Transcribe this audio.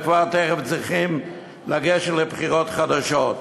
וכבר תכף צריכים לגשת לבחירות חדשות.